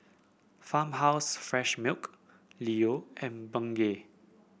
Farmhouse Fresh Milk Leo and Bengay